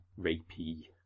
rapey